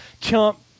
chump